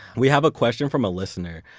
we have a question from a listener.